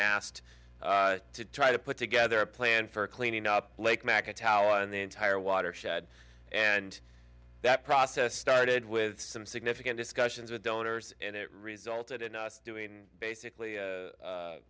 asked to try to put together a plan for cleaning up lake mack a towel on the entire watershed and that process started with some significant discussions with donors and it resulted in us doing basically